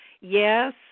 yes